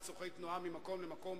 לצורכי תנועה ממקום למקום,